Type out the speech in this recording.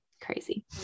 crazy